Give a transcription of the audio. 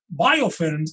biofilms